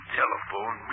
telephone